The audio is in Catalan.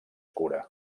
cura